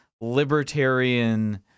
libertarian